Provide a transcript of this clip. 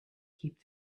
keep